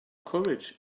courage